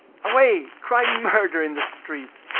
away! cry murder in the streets!